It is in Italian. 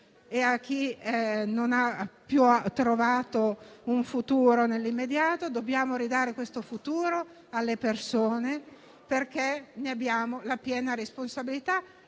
e a chi non ha più trovato un futuro nell'immediato. Dobbiamo ridare un futuro alle persone, perché ne abbiamo la piena responsabilità